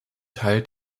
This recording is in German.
teil